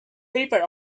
paper